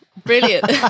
Brilliant